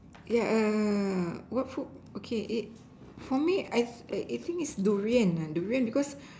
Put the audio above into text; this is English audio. yeah err what fruit okay it for me I I think is Durian ah Durian because